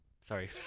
Sorry